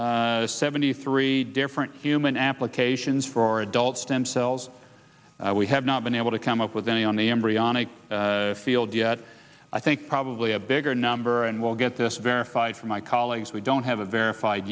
seventy three different human applications for adult stem cells we have not been able to come up with any on the embryonic field yet i think probably a bigger number and we'll get this verified from my colleagues we don't have a verified